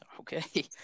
okay